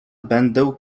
będę